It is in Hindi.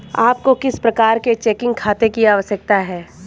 आपको किस प्रकार के चेकिंग खाते की आवश्यकता है?